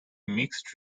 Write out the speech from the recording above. mixed